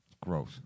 Gross